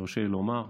אם יורשה לי לומר.